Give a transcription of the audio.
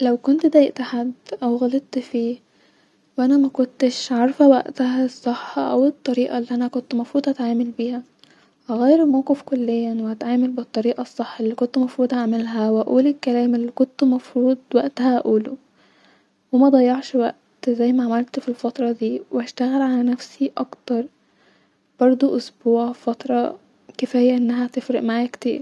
لو كنت دايقت حد-او غلطت فيه-وانا مكنتش عارفه واقتها الصح او الطريقه الي انا كنت مفروض اتعامل بيها-هغير الموقف كليا وهتعمال بالطريقه الصح-الي كنت هعملها-وهقول الكلام الى كنت مفروض واقتها اقولو-ومضيعش وقت-زي ما عملت فى الفتره دى-واشتغل على نفسى اكتر-بردو اسبع فتره كفايه انها تفرق معايا كتير